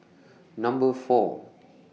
Number four